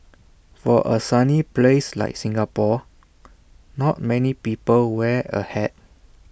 for A sunny place like Singapore not many people wear A hat